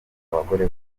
abagore